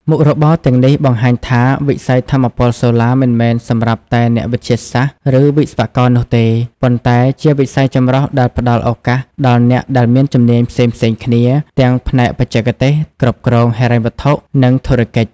មុខរបរទាំងនេះបង្ហាញថា វិស័យថាមពលសូឡាមិនមែនសម្រាប់តែអ្នកវិទ្យាសាស្ត្រ ឬវិស្វករនោះទេ ប៉ុន្តែជាវិស័យចម្រុះដែលផ្តល់ឱកាសដល់អ្នកដែលមានជំនាញផ្សេងៗគ្នា ទាំងផ្នែកបច្ចេកទេស គ្រប់គ្រង ហិរញ្ញវត្ថុ និងធុរកិច្ច។